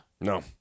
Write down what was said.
No